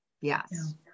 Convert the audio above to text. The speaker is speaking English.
Yes